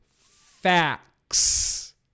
facts